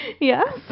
Yes